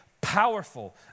powerful